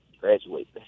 graduate